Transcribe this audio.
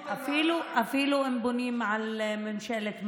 אפילו אם בונים על ממשלת מעבר,